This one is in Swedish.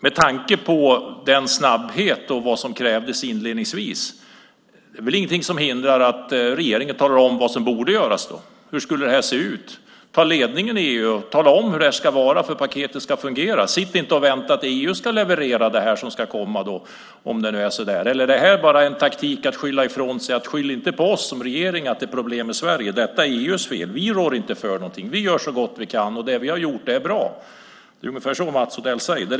Med tanke på snabbheten och det som krävdes inledningsvis är det väl inget som hindrar att regeringen talar om vad som borde göras. Hur skulle det här se ut? Ta ledningen i EU! Tala om hur det här ska vara för att paketet ska fungera! Sitt inte och vänta att EU ska leverera det som ska komma! Eller är det bara en taktik att skylla ifrån sig? Skyll inte på oss som regering att det är problem i Sverige. Detta är EU:s fel. Vi rår inte för något. Vi gör så gott vi kan, och det vi har gjort är bra. Det är ungefär så Mats Odell säger.